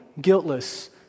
guiltless